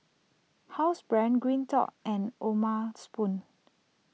Housebrand Green Dot and O'ma Spoon